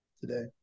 today